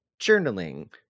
journaling